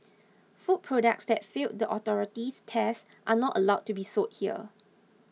food products that fail the authority's tests are not allowed to be sold here